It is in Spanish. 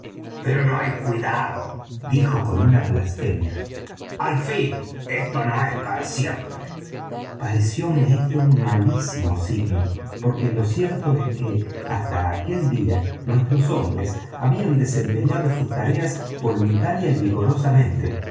pero no hay cuidado dijo con una blasfemia al fin esto no es para siempre parecióme este un malísimo signo porque lo cierto es que hasta aquel día nuestros hombres habían desempeñado sus tareas voluntaria y vigorosamente